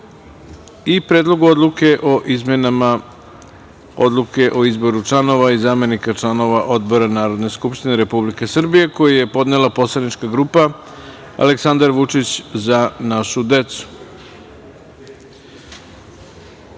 o izmenama Odluke o izboru članova i zamenika članova odbora Narodne skupštine Republike Srbije, koji je podnela poslanička grupa Aleksandar Vučić – Za našu decu. Pošto